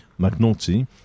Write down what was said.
McNulty